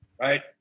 right